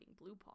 Bluepaw